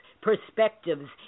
perspectives